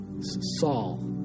Saul